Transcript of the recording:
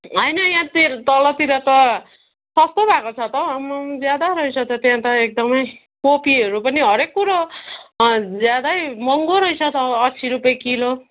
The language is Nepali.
होइन यहाँतिर तलतिर त सस्तो भएको छ त आम्माम ज्यादा रहेछ त त्यहाँ त एकदमै कोपीहरू पनि हरेक कुरो ज्यादै महँगो रहेछ त अस्सी रुपियाँ किलो